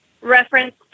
reference